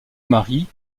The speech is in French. marie